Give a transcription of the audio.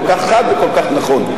כל כך חד וכל כך נכון.